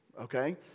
okay